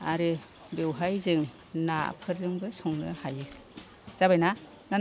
आरो बेवहाय जों नाफोरजोंबो संनो हायो जाबाय ना